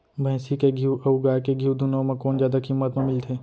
भैंसी के घीव अऊ गाय के घीव दूनो म कोन जादा किम्मत म मिलथे?